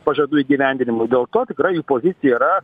pažadų įgyvendinimui dėl to tikrai jų pozicija yra